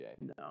No